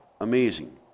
amazing